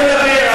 תדבר,